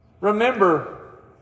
Remember